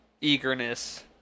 eagerness